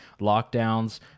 lockdowns